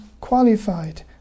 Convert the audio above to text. qualified